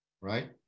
right